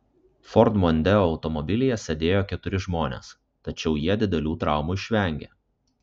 ford mondeo automobilyje sėdėjo keturi žmonės tačiau jie didelių traumų išvengė